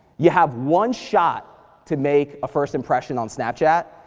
you have one shot to make a first impression on snapchat.